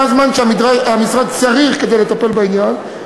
זה הזמן שהמשרד צריך כדי לטפל בעניין.